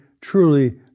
truly